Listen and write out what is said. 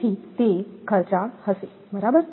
તેથી તે ખર્ચાળ હશે બરાબર